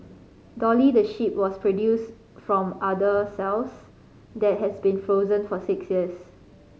Dolly the sheep was produced from udder cells that had been frozen for six years